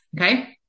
Okay